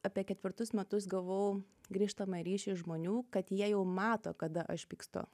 apie ketvirtus metus gavau grįžtamąjį ryšį žmonių kad jie jau mato kada aš pykstu